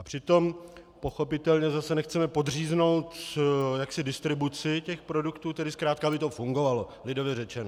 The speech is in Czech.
Přitom pochopitelně zase nechceme podříznout distribuci těch produktů, tedy zkrátka aby to fungovalo, lidově řečeno.